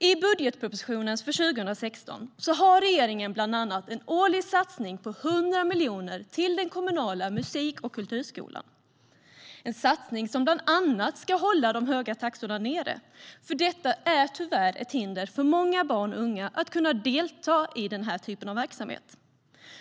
I budgetpropositionen för 2016 har regeringen bland annat en årlig satsning på 100 miljoner till den kommunala musik och kulturskolan, en satsning som bland annat ska hålla de höga taxorna nere, för de är tyvärr ett hinder för många barn och unga att kunna delta i den här typen av verksamhet.